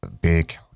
big